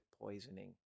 poisoning